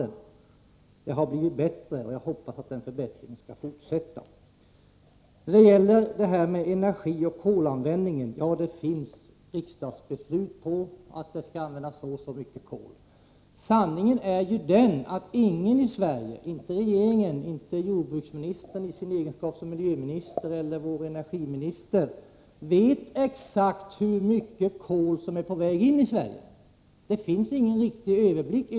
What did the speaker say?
Men det har blivit bättre, och jag hoppas att det skall bli ännu bättre. Riksdagen har fattat beslut om att så och så mycket kol skall användas. Men sanningen är den att ingen i Sverige — varken regeringen, jordbruksministern i egenskap av miljöminister eller energiministern — vet exakt hur mycket kol som är på väg in i landet. Man har inte någon riktig överblick.